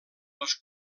les